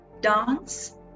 dance